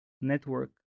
network